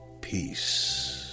Peace